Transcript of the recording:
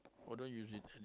or don't use it